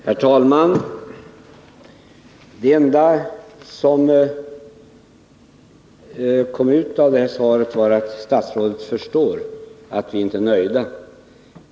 Herr talman! Det enda som kom ut av detta var att statsrådet förstår att vi inte är nöjda.